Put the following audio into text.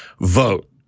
Vote